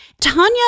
Tanya